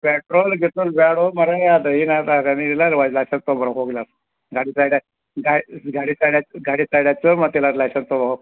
petrol ಗಿಟ್ರೋಲ್ ಬ್ಯಾಡೋ ಮಾರಯಾ ಅದು ಗಾಡಿ ಸೈಡಾಕೆ ಗಾಡಿ ಸೈಡ್ ಹಚ್ ಗಾಡಿ ಸೈಡ್ ಹಚ್ಚು ಮತ್ತು ಇಲ್ಲಾರ ಲೈಸನ್ಸ್ ತೋಬ ಹೋಗು